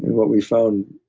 what we found,